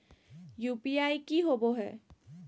UPI की होबो है?